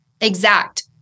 exact